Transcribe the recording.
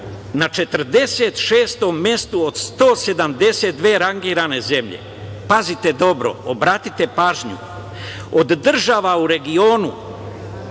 na 46. mestu od 172 rangirane zemlje. Pazite dobro, obratite pažnju, od država u regionu